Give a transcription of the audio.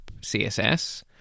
CSS